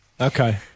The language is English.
Okay